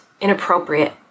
inappropriate